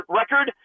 record